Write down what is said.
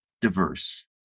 diverse